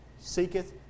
seeketh